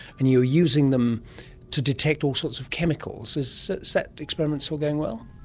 and you were using them to detect all sorts of chemicals. is that experiment still going well?